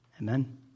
Amen